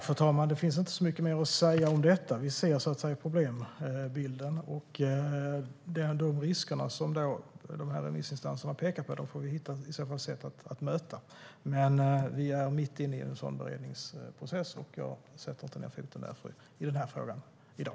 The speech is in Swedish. Fru talman! Det finns inte så mycket mer att säga om detta. Vi ser problembilden, och de risker som remissinstanserna pekar på får vi hitta sätt att möta. Vi är mitt inne i en sådan beredningsprocess, och därför sätter jag inte ned foten i den här frågan i dag.